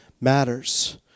matters